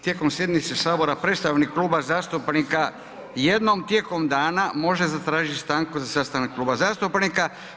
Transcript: Tijekom sjednice Sabora predstavnik kluba zastupnika jednom tijekom dana može zatražiti stanku za sastanak kluba zastupnika.